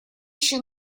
ещё